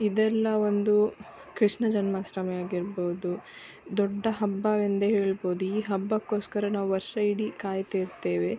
ಇದೆಲ್ಲ ಒಂದು ಕೃಷ್ಣ ಜನ್ಮಾಷ್ಟಮಿ ಆಗಿರ್ಬೋದು ದೊಡ್ಡ ಹಬ್ಬವೆಂದೆ ಹೇಳ್ಬೋದು ಈ ಹಬ್ಬಕ್ಕೋಸ್ಕರ ನಾವು ವರ್ಷಯಿಡಿ ಕಾಯ್ತಿರ್ತ್ತೇವೆ